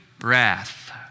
wrath